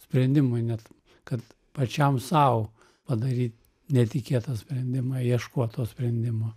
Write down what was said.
sprendimui net kad pačiam sau padaryt netikėtą sprendimą ieškot to sprendimo